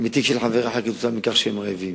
מתיק של חבר אחר בגלל שהם רעבים,